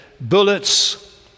bullets